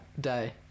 day